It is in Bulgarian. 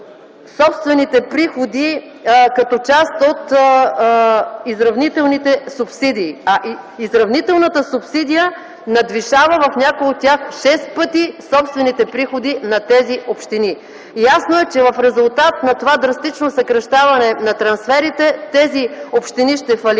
собствените приходи като част от изравнителната субсидия, а изравнителната субсидия надвишава в някои от тях 6 пъти собствените приходи на тези общини. Ясно е, че в резултат на това драстично съкращаване на трансферите тези общини ще фалират.